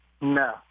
No